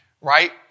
right